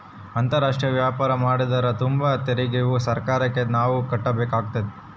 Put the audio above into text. ಅಂತಾರಾಷ್ಟ್ರೀಯ ವ್ಯಾಪಾರ ಮಾಡ್ತದರ ತುಂಬ ತೆರಿಗೆಯು ಸರ್ಕಾರಕ್ಕೆ ನಾವು ಕಟ್ಟಬೇಕಾಗುತ್ತದೆ